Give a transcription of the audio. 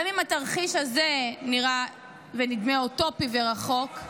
גם אם התרחיש הזה נראה ונדמה אוטופי ורחוק,